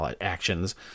actions